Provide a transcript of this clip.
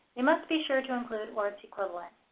they must be sure to include or its equivalent.